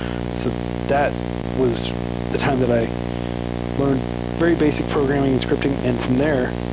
so that was the time that i learned very basic programming and scripting. and from there,